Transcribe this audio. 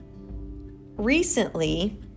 Recently